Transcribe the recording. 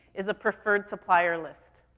is a preferred supplier list.